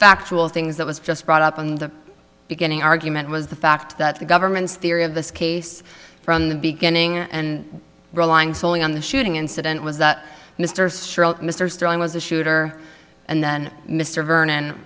factual things that was just brought up in the beginning argument was the fact that the government's theory of this case from the beginning and relying solely on the shooting incident was that mr mr sterling was the shooter and then mr vernon